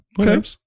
Okay